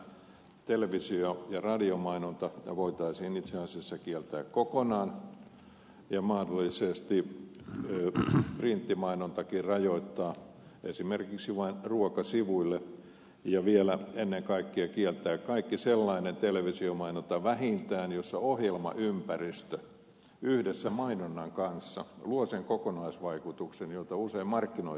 mielestäni tämä televisio ja radiomainonta voitaisiin itse asiassa kieltää kokonaan ja mahdollisesti printtimainontakin rajoittaa esimerkiksi vain ruokasivuille ja vielä ennen kaikkea kieltää vähintään kaikki sellainen televisiomainon ta jossa ohjelmaympäristö yhdessä mainonnan kanssa luo sen kokonaisvaikutuksen jota usein markkinoija tavoittelee